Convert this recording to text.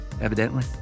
evidently